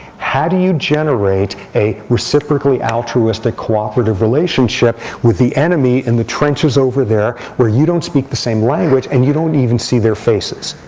how do you generate a reciprocally altruistic cooperative relationship with the enemy in the trenches over there, where you don't speak the same language and you don't even see their faces?